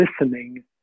listening